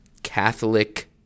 Catholic